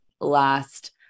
last